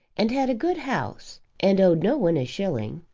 and had a good house, and owed no one a shilling.